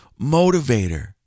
motivator